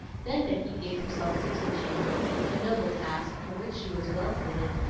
then becky gave herself to teaching a noble task, for which she was well fitted,